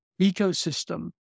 ecosystem